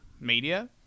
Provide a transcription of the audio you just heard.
media